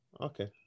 Okay